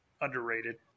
underrated